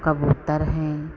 कबूतर हैं